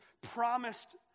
promised